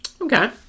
Okay